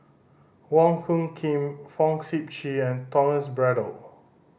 Wong Hung Khim Fong Sip Chee and Thomas Braddell